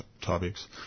topics